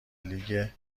لیگ